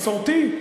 מסורתי?